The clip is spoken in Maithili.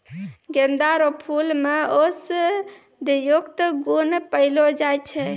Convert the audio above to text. गेंदा रो फूल मे औषधियुक्त गुण पयलो जाय छै